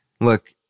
look